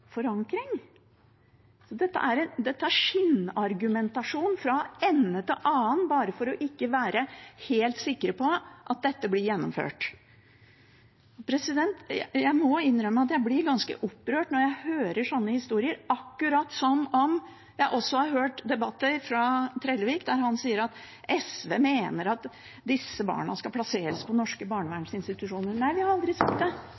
Dette er skinnargumentasjon fra ende til annen bare for ikke å være helt sikre på at dette blir gjennomført. Jeg må innrømme at jeg blir ganske opprørt når jeg hører slike historier, akkurat som jeg også har hørt Trellevik i debatter si at SV mener at disse barna skal plasseres på norske barnevernsinstitusjoner. Nei, vi har aldri sagt det.